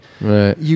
Right